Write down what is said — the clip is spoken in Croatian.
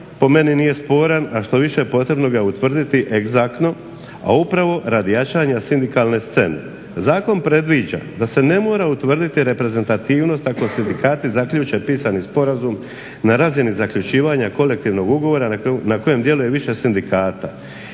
po meni nije sporan a što više potrebno ga je utvrditi egzaktno, a upravo radi jačanja sindikalne scene. Zakon predviđa da se ne mora utvrditi reprezentativnost ako sindikati zaključe pisani sporazum na razini zaključivanja kolektivnog ugovora na kojem djeluje više sindikata.